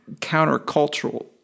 countercultural